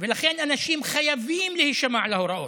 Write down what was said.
ולכן אנשים חייבים להישמע להוראות,